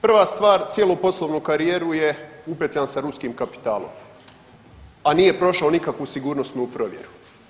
Prva stvar cijelu poslovnu karijeru je upetljan sa ruskim kapitalom, a nije prošao nikakvu sigurnosnu provjeru.